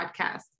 podcast